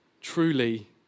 truly